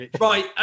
Right